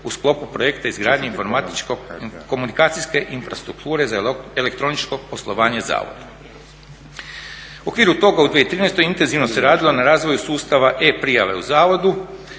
u sklopu projekta izgradnje informatičke komunikacijske infrastrukture za elektroničko poslovanje zavoda. U okviru toga u 2013. intenzivno se radilo na razvoju sustava e-prijave u zavodu.